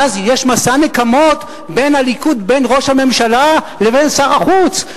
ואז יש מסע נקמות בין ראש הממשלה לבין שר החוץ,